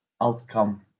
outcome